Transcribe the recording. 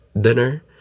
dinner